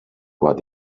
what